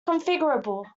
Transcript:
configurable